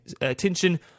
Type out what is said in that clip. attention